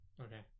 Okay